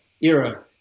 era